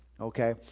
Okay